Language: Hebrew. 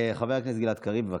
חבר הכנסת גלעד קריב, בבקשה.